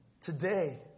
today